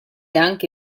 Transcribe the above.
anche